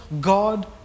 God